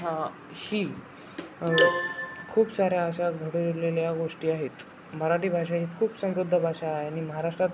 हा ही खूप साऱ्या अशा घडवलेल्या गोष्टी आहेत मराठी भाषा ही खूप समृद्ध भाषा आहे आणि महाराष्ट्रात